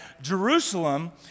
Jerusalem